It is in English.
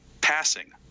passing